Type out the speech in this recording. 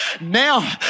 now